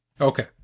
Okay